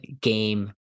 game